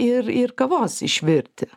ir ir kavos išvirti